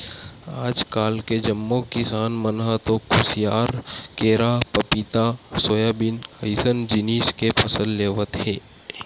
आजकाल के जम्मो किसान मन ह तो खुसियार, केरा, पपिता, सोयाबीन अइसन जिनिस के फसल लेवत हे